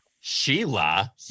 Sheila